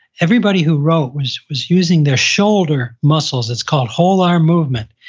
everybody who wrote was was using their shoulder muscles, it's called whole arm movement,